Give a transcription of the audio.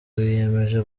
biyemeje